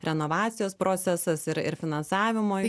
renovacijos procesas ir ir finansavimo